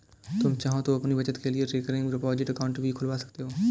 तुम चाहो तो अपनी बचत के लिए रिकरिंग डिपॉजिट अकाउंट भी खुलवा सकते हो